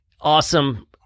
awesome